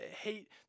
hate